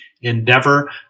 endeavor